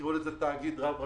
תקראו לזה תאגיד רב רשותי,